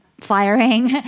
firing